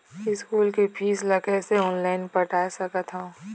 School के fees ला कैसे ऑनलाइन पटाए सकत हव?